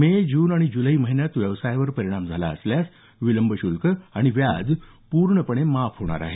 मे जून जुलै महिन्यात व्यवसायावर परिणाम झाला असल्यास विलंब शुल्क आणि व्याज पूर्णपणे माफ होणार आहे